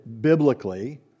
biblically